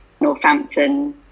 Northampton